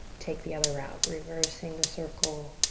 take the other route. reversing the circle.